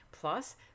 Plus